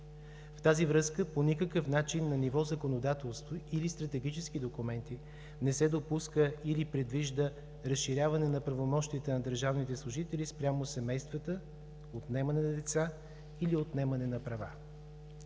В тази връзка по никакъв начин на ниво законодателство или стратегически документи не се допуска или предвижда разширяване на правомощията на държавните служители спрямо семействата, отнемане на деца или отнемане на права.